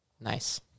Nice